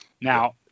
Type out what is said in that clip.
Now